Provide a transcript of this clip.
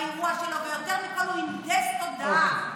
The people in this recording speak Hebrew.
באירוע שלו, ויותר מכול, הוא הנדס תודעה.